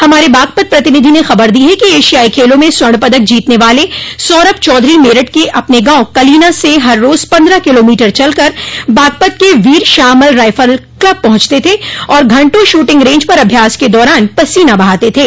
हमारे बागपत प्रतिनिधि ने खबर दी है कि एशियाई खेलों में स्वर्ण पदक जीतने वाले सौरभ चौधरी मेरठ के अपने गांव कलीना से हर रोज पन्द्रह किलोमीटर चलकर बागपत के वीर शाहमल रायफल क्लब पहुंचते थे और घंटों शूटिंग रेंज पर अभ्यास के दौरान पसीना बहाते थे